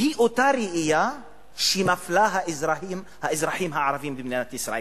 היא אותה ראייה שמפלה את האזרחים הערבים במדינת ישראל.